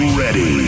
ready